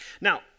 Now